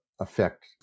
affect